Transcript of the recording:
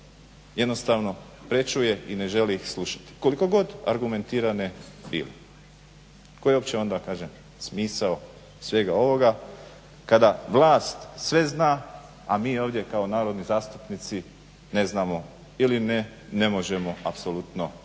jednostavno prečuje i ne želi slušati koliko god argumentirane bile. Koji je uopće onda kažem smisao svega ovoga kada vlast sve zna, a mi ovdje kao narodni zastupnici ne znamo ili ne možemo apsolutno